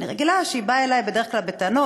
אני רגילה שהיא באה אלי בדרך כלל בטענות